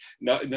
No